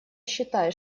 считает